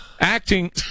Acting